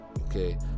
okay